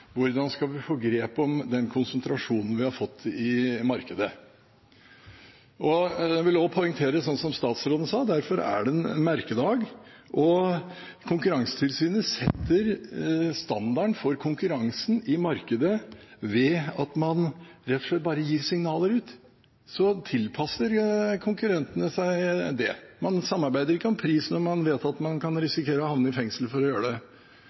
hvordan vi skal få grep om den konsentrasjonen vi har fått i markedet. Jeg vil også poengtere – som statsråden gjorde – at dette derfor er en merkedag. Konkurransetilsynet setter standarden for konkurransen i markedet ved at man rett og slett bare gir signaler ut, og så tilpasser konkurrentene seg det. Man samarbeider ikke om pris når man vet at man kan risikere å havne i fengsel for å gjøre det.